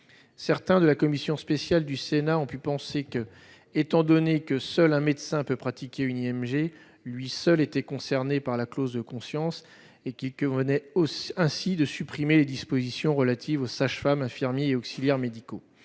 membres de la commission spéciale du Sénat ont pu penser, étant donné que seul un médecin peut pratiquer une IMG, que lui seul était concerné par la clause de conscience et qu'il convenait ainsi de supprimer les dispositions relatives aux sages-femmes, infirmiers et auxiliaires médicaux.